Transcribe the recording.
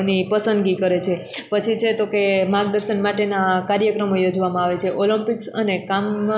ની પસંદગી કરે છે પછી છે તો કે માર્ગદર્શન માટેના કાર્યક્રમો યોજવામાં આવે છે ઓલમ્પિક્સ અને કામ